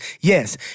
Yes